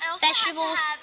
vegetables